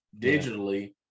digitally